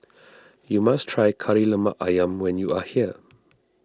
you must try Kari Lemak Ayam when you are here